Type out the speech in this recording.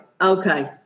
Okay